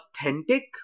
authentic